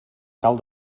cal